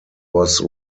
was